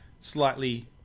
slightly